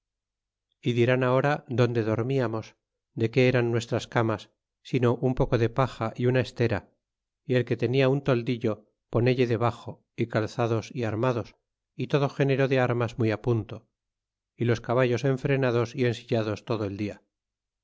y dirán ahora donde dormiamos de qué eran nuestras camas sino un poco de paja y una estera y el que tenia un toldillo ponelle debaxo y calzados y armados y todo género de armas muy punto y los caballos enfrenados y ensillados todo el dia